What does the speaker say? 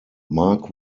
mark